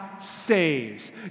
saves